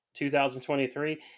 2023